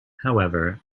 however